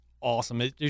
awesome